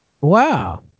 Wow